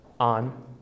on